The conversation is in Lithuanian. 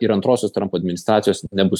ir antrosios trumpo administracijos nebus